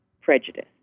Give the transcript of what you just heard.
prejudice